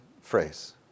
phrase